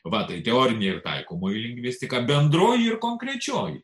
va tai teorinė taikomoji lingvistika bendroji ir konkrečioji